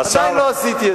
עדיין לא עשיתי את זה.